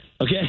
Okay